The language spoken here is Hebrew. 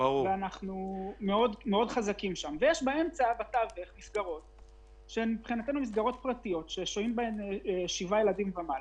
יש מסגרות שהן מסגרות פרטיות ששוהים בהן 7 ילדים ומטה